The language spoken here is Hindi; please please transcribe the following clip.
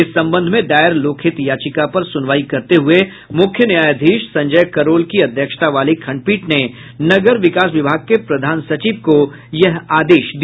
इस संबंध में दायर लोकहित याचिका पर सुनवाई करते हुए मुख्य न्यायाधीश संजय करोल की अध्यक्षता वाली खंडपीठ ने नगर विकास विभाग के प्रधान सचिव को यह आदेश दिया